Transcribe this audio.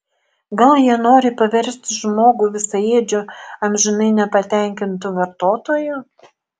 gal jie nori paversti žmogų visaėdžiu amžinai nepatenkintu vartotoju